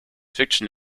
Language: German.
fiction